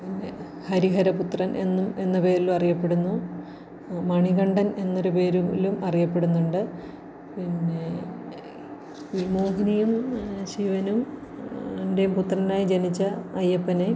പിന്നെ ഹരിഹര പുത്രൻ എന്നും എന്ന പേരിലും അറിയപ്പെടുന്നു മണികണ്ഠൻ എന്നൊര് പേരിലും അറിയപ്പെടുന്നുണ്ട് പിന്നെ മോഹിനിയും ശിവനും ൻ്റെയും പുത്രനായി ജനിച്ച അയ്യപ്പനെ